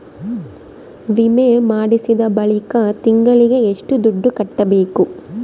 ವಿಮೆ ಮಾಡಿಸಿದ ಬಳಿಕ ತಿಂಗಳಿಗೆ ಎಷ್ಟು ದುಡ್ಡು ಕಟ್ಟಬೇಕು?